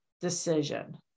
decision